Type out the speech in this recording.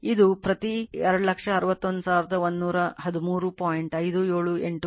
ಇದು ಪ್ರತಿ 261113